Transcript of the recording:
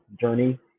journey